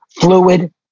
fluid